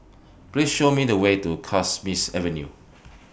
Please Show Me The Way to Kismis Avenue